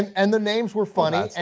and the names were funny.